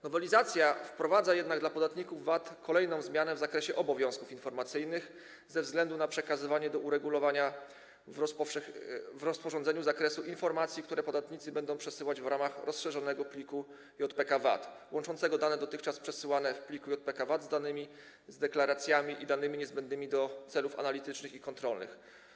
Nowelizacja wprowadza jednak dla podatników VAT kolejną zmianę w zakresie obowiązków informacyjnych ze względu na przekazywanie do uregulowania w rozporządzeniu zakresu informacji, które podatnicy będą przesyłać w ramach rozszerzonego pliku JPK_VAT, łączącego dane dotychczas przesyłane w pliku JPK_VAT z deklaracjami i danymi niezbędnymi do celów analitycznych i kontrolnych.